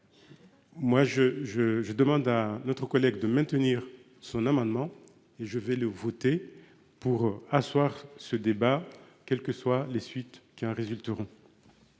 je je demande à notre collègue de maintenir son amendement. Et je vais le voter pour asseoir ce débat quelles que soient les suites qui en résulteront.